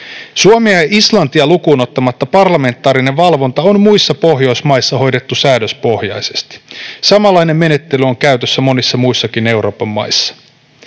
Suomea ja Islantia lukuun ottamatta parlamentaarinen valvonta on muissa Pohjoismaissa hoidettu säädöspohjaisesti. Samanlainen menettely on käytössä monissa muissakin Euroopan maissa.